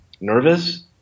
nervous